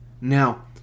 Now